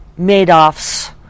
Madoffs